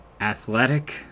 Athletic